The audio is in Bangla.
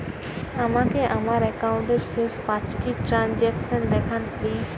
আমাকে আমার একাউন্টের শেষ পাঁচটি ট্রানজ্যাকসন দেখান প্লিজ